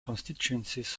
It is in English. constituencies